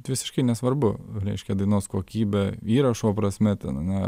visiškai nesvarbu reiškia dainos kokybė įrašo prasme ten ane